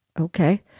Okay